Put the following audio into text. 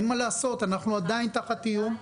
אין מה לעשות, אנחנו עדיין תחת איום.